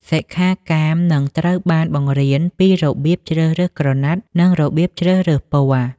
សិក្ខាកាមនឹងត្រូវបានបង្រៀនពីរបៀបជ្រើសរើសក្រណាត់ និងរបៀបជ្រើសរើសពណ៌។